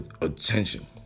attention